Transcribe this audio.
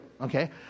Okay